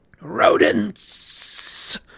Rodents